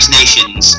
nations